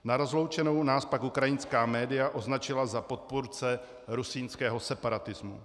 Na rozloučenou nás pak ukrajinská média označila za podpůrce rusínského separatismu.